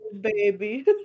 baby